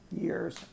years